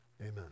Amen